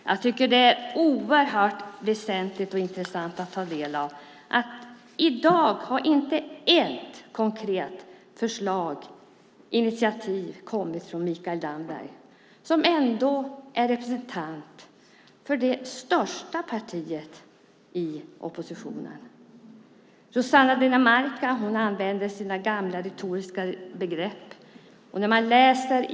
Jag tycker att det är väsentligt och intressant att se att det i dag inte har kommit ett enda konkret förslag eller initiativ från Mikael Damberg, som ändå är representant för det största partiet i oppositionen. Rossana Dinamarca använder gamla retoriska grepp.